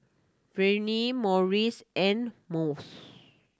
Vernie Morris and Mose